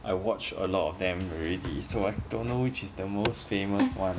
I watched a lot of them already so I don't know which is the most famous one